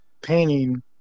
painting